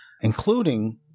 including